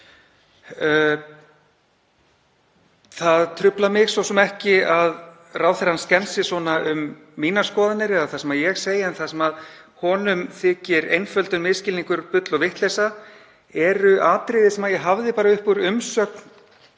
Það truflar mig svo sem ekki að ráðherrann skensi svona um skoðanir mínar eða það sem ég segi, en það sem honum þykir einföldun, misskilningur, bull og vitleysa eru atriði sem ég hafði upp úr umsögn